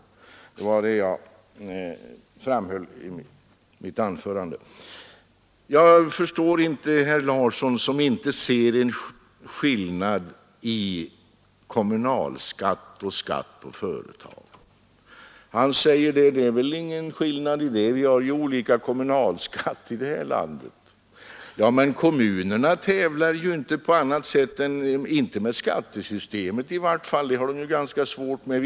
Det var detta jag framhöll i mitt anförande. Jag förstår inte att herr Larsson i Umeå inte ser en skillnad mellan kommunalskatt och skatt på företag. Herr Larsson säger att det är väl ingen skillnad — vi har ju olika kommunalskatt i det här landet. Ja, men kommunerna tävlar i vart fall inte med skattesystemet; det har de ganska svårt att göra.